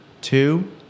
two